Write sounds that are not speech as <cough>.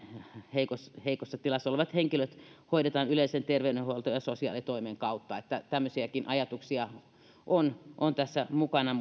heikossa heikossa tilassa olevat henkilöt hoidetaan yleisen terveydenhuollon ja sosiaalitoimen kautta tämmöisiäkin ajatuksia on on tässä mukana <unintelligible>